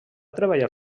treballar